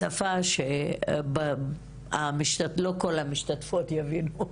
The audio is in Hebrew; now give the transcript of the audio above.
בשפה הערבית אומרים חָבֵר (בבית נבחרים) ולא חֲבֵרָה (בבית נבחרים),